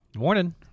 Morning